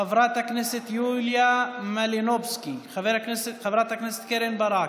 חברת הכנסת יוליה מלינובסקי, חברת הכנסת קרן ברק,